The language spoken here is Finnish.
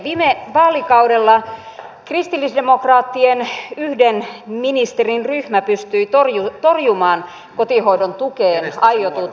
viime vaalikaudella kristillisdemokraattien yhden ministerin ryhmä pystyi torjumaan kotihoidon tukeen aiotut heikennykset